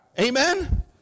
Amen